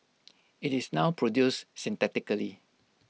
IT is now produced synthetically